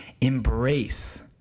Embrace